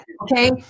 Okay